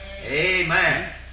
Amen